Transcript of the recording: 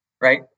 right